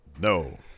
No